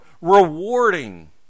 Rewarding